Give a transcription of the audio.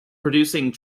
producing